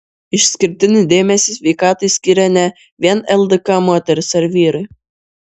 išskirtinį dėmesį sveikatai skyrė ne vien ldk moterys ar vyrai